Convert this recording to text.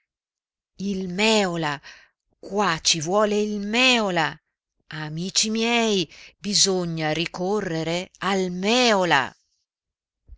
il mèola qua ci vuole il mèola amici miei bisogna ricorrere al mèola